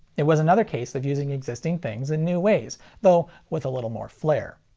it was another case of using existing things in new ways, though with a little more flair.